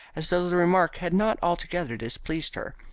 as though the remark had not altogether displeased her.